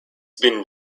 been